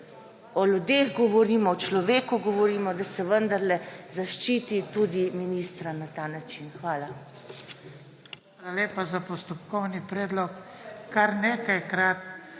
o ljudeh govorimo, o človeku govorimo, da se vendarle zaščiti tudi ministra na ta način. Hvala.